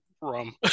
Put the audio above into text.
rum